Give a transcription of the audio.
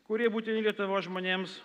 kurie būtini lietuvos žmonėms